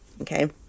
Okay